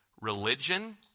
religion